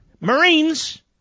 Marines